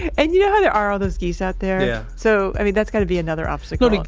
and you know how there are all those geese out there. yeah. so, i mean, that's got to be another obstacle.